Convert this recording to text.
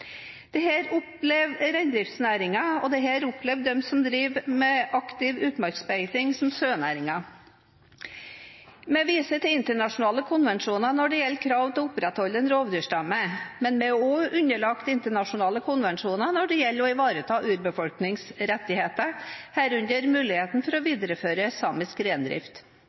opplever reindriftsnæringen, og dette opplever de som driver med aktiv utmarksbeiting, som den sørsamiske næringen. Vi viser til internasjonale konvensjoner når det gjelder krav til å opprettholde en rovdyrstamme, men vi er også underlagt internasjonale konvensjoner når det gjelder å ivareta urbefolkningsrettigheter, herunder muligheten til å videreføre samisk